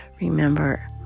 Remember